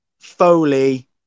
Foley